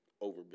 over